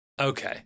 Okay